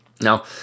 now